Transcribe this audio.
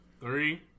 Three